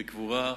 בקבורה,